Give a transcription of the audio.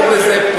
תמכו בזה,